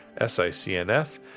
SICNF